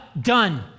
done